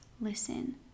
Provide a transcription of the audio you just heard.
listen